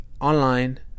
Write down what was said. online